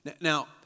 Now